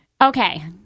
Okay